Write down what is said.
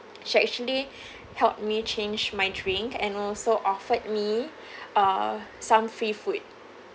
she actually helped me change my drink and also offered me err some free food